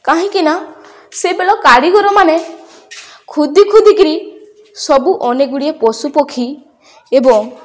କାହିଁକିନା ସେତେବେଳେ କାରିଗର ମାନ ଖୁଦି ଖୁଦି କରି ସବୁ ଅନେକ ଗୁଡ଼ିଏ ପଶୁପକ୍ଷୀ ଏବଂ